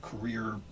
career